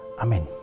Amen